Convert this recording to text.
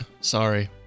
Sorry